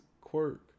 quirk